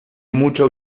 mucho